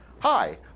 Hi